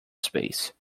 space